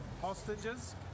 hostages